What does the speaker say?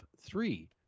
three